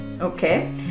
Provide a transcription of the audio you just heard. Okay